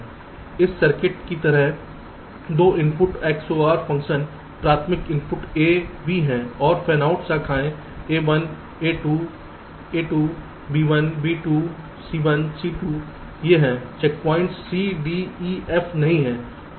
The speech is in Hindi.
इस सर्किट की तरह 2 इनपुट XOR फ़ंक्शन प्राथमिक इनपुट A B हैं और फैनआउट शाखाएं A1 2 2 B1 B2 C1 C2 ये हैं checkpoint C D E F नहीं हैं